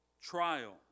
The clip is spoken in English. trial